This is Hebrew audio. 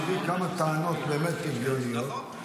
שהביא כמה טענות באמת הגיוניות,